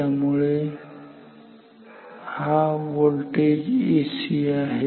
त्यामुळे हा voltage AC आहे